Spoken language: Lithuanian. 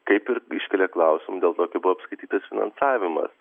kaip ir iškėlia klausimų dėl to kaip buvo apskaitytas finansavimas